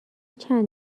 چند